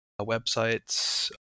websites